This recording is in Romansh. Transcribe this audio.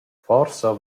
forsa